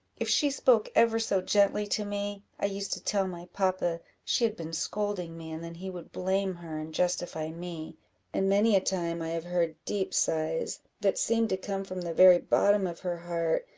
if she spoke ever so gently to me, i used to tell my papa she had been scolding me, and then he would blame her and justify me and many a time i have heard deep sighs, that seemed to come from the very bottom of her heart,